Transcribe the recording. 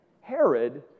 Herod